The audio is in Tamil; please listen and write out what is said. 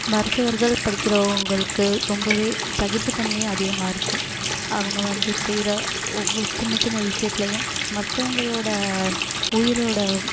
மருத்துவர்கள் படிக்கிறவங்களுக்கு ரொம்பவே சகிப்புத்தன்மையும் அதிகமாக இருக்கும் அவங்க வந்து செய்கிற ஒவ்வொரு சின்ன சின்ன விஷயத்துலையும் மற்றவங்களோட உயிரோட